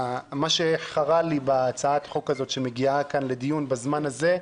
מה שחרה לי בהצעת החוק שמגיעה כאן לדיון בזמן הזה,